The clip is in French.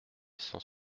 cent